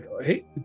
Hey